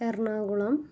Ernakulam